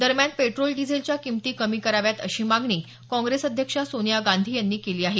दरम्यान पेट्रोल डिझेलच्या किमती कमी कराव्यात अशी मागणी काँग्रेस अध्यक्ष सोनिया गांधी यांनी केली आहे